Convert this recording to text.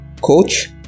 coach